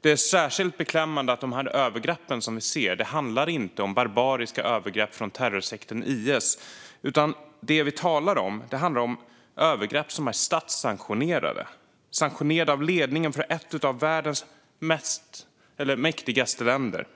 Det är särskilt beklämmande att de övergrepp som sker inte är barbariska övergrepp från terrorsekten IS utan övergrepp som är statssanktionerade - sanktionerade av ledningen för ett av världens mäktigaste länder.